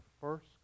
first